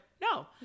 No